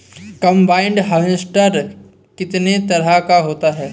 Combine harvester कितने तरह का होता है?